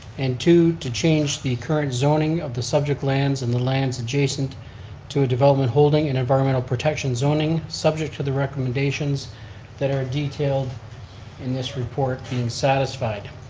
and two, to change the current zoning of the subject lands and the lands adjacent to a development holding and environmental protection zoning subject to the recommendations that are detailed in this report being satisfied.